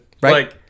Right